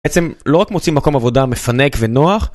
בעצם לא רק מוצאים מקום עבודה מפנק ונוח